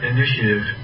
Initiative